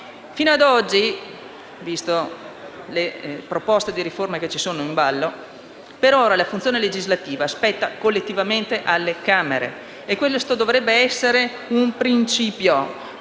Fino ad oggi, viste le proposte di riforma in ballo, la funzione legislativa spetta collettivamente alle Camere e questo dovrebbe essere un principio.